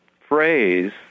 phrase